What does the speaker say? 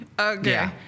Okay